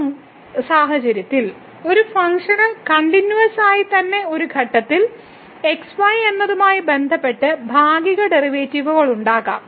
എന്നാൽ ഈ സാഹചര്യത്തിൽ ഒരു ഫംഗ്ഷന് കണ്ടിന്യൂവസ്സായി തന്നെ ഒരു ഘട്ടത്തിൽ x y എന്നിവയുമായി ബന്ധപ്പെട്ട് ഭാഗിക ഡെറിവേറ്റീവുകൾ ഉണ്ടാകാം